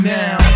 now